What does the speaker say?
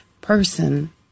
person